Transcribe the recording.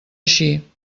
així